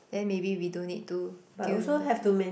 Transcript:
then maybe we don't need to tune the pian~